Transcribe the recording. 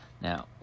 Now